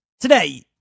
today